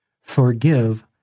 Forgive